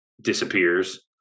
disappears